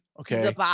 okay